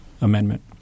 amendment